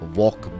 walk